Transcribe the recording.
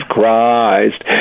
Christ